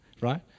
Right